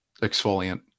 exfoliant